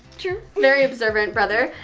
true. very observant brother.